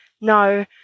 no